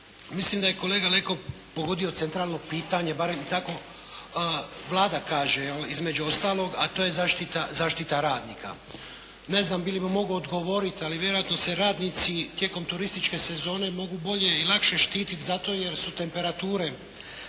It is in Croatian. Mislim da je kolega Leko pogodio centralno pitanje, barem tako Vlada kaže, između ostaloga, a to je, zaštita, zaštita radnika. Ne znam bi li mu mogao odgovoriti, ali vjerojatno se radnici tijekom turističke sezone mogu bolje i lakše štititi zato jer su temperature,